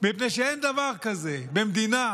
מפני שאין דבר כזה במדינה